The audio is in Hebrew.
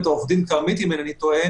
עולים,